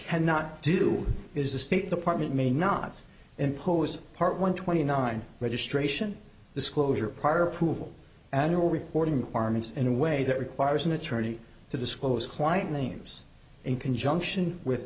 cannot do is the state department may not impose part one twenty nine registration disclosure prior approval annual reporting requirements in a way that requires an attorney to disclose client names in conjunction with